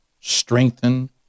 strengthen